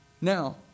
Now